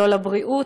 ולא לבריאות,